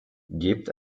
gebt